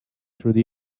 through